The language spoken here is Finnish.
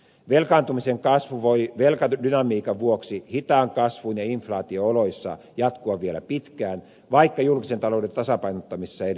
velkaantumisen kasvu voi velkadynamiikan vuoksi hitaan kasvun ja inflaation oloissa jatkua vielä pitkään vaikka julkisen talouden tasapainottamisessa edettäisiinkin